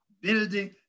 building